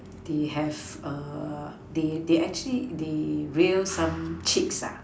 they have a they they actually they reel some chicks ah